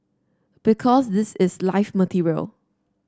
because this is live material